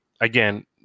again